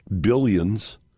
billions